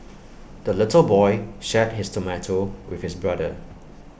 the little boy shared his tomato with his brother